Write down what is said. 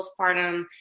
postpartum